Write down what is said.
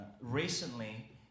recently